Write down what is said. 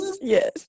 Yes